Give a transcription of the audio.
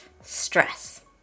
stress